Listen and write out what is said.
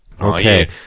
Okay